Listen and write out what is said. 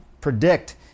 predict